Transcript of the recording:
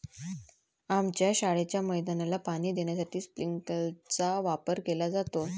आमच्या शाळेच्या मैदानाला पाणी देण्यासाठी स्प्रिंकलर चा वापर केला जातो